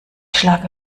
schlage